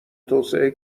توسعه